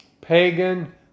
pagan